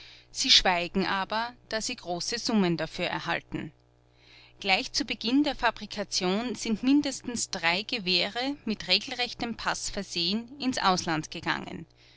sie schweigen aber da sie große summen dafür erhalten gleich zu beginn der fabrikation sind mindestens drei gewehre mit regelrechtem paß versehen ins ausland gegangen